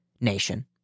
nation